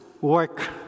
work